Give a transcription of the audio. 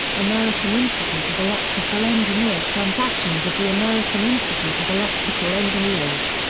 american institute of electrical engineers. transactions of the american institute of electrical engineers.